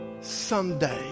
someday